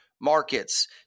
Markets